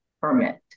permit